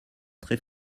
très